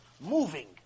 moving